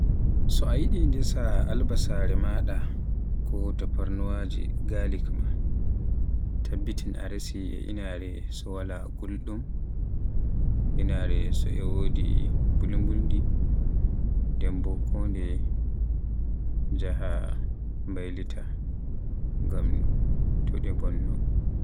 so a yidi ndesa albasare maada ko tafarnuwaaje garlic ma, tabbitin a resi e inaare so wala guldum, inaare so e wodi mbulbuldi. nden bo kondeye njaha mbaylita ngam to de bonno.